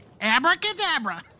Abracadabra